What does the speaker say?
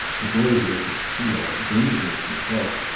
the blade was of steel, dangerously sharp,